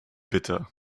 bitte